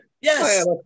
Yes